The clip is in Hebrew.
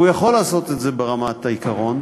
והוא יכול לעשות את זה, ברמת העיקרון,